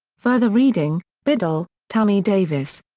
further reading biddle, tami davis.